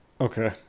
Okay